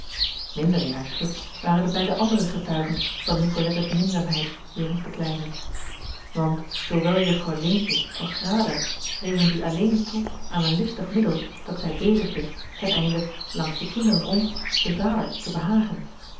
minder in haar schik waren de beide andere getuigen van nicolettes minzaamheid jegens de kleinen want zoowel juffrouw leentje als grada schreven die alleen toe aan een listig middel dat zij bezigde ten einde langs de kinderen om den vader te behagen